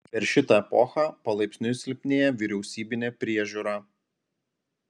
per šitą epochą palaipsniui silpnėja vyriausybinė priežiūra